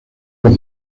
los